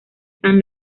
san